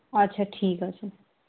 আচ্ছা ঠিক আছে